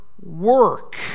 work